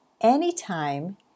anytime